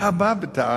אתה בא בטענות?